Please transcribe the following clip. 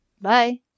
Bye